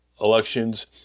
elections